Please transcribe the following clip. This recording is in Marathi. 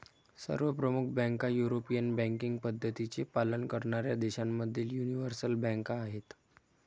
सर्व प्रमुख बँका युरोपियन बँकिंग पद्धतींचे पालन करणाऱ्या देशांमधील यूनिवर्सल बँका आहेत